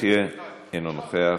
יחיא, אינו נוכח,